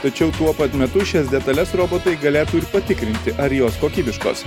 tačiau tuo pat metu šias detales robotai galėtų patikrinti ar jos kokybiškos